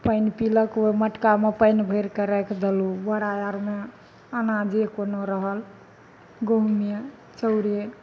पानि पिलक ओ मटकामे पानि भरिकऽ राखि देलहुँ बोड़ा आरमे अनाजे कोनो रहल गहुँमे चाउरे